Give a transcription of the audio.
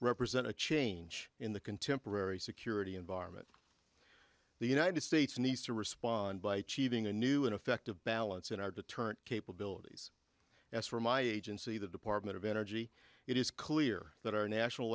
represent a change in the contemporary security environment the united states needs to respond by cheating a new ineffective balance in our deterrent capabilities as for my agency the department of energy it is clear that our national